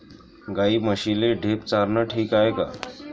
गाई म्हशीले ढेप चारनं ठीक हाये का?